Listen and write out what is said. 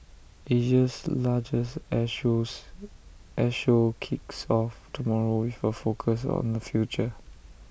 Asia's largest air shows air show kicks off tomorrow with A focus on the future